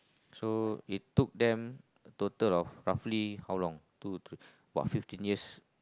so it took them a total of roughly how long two or three !wah! fifteen years